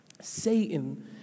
Satan